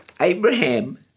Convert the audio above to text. Abraham